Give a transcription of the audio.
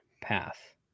path